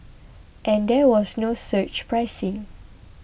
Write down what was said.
and there was no surge pricing